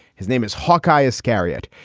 his name is hawkeye iscariot.